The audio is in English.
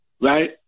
right